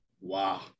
Wow